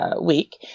week